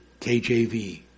KJV